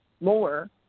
more